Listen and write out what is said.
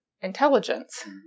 intelligence